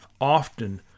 Often